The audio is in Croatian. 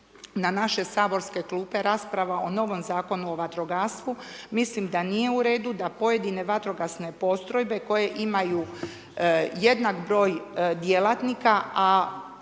na naše saborske klupe i rasprava o novom Zakonu o vatrogastvu, mislim da nije u redu da pojedine vatrogasne postrojbe koje imaju jednak broj djelatnika,